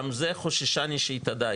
גם זה חוששני שהתאדה.